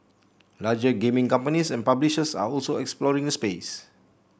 larger gaming companies and publishers are also exploring the space